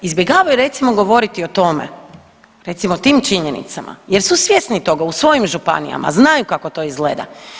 Izbjegavaju recimo govoriti o tome, recimo o tim činjenicama jer su svjesni toga u svojim županijama, znaju kako to izgleda.